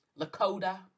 Lakota